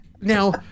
now